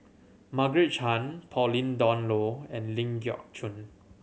Margaret Chan Pauline Dawn Loh and Ling Geok Choon